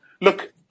Look